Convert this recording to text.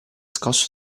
scosso